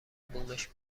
بومش